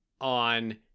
on